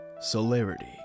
Celerity